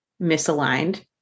misaligned